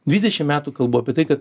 dvidešim metų kalbu apie tai kad